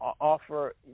offer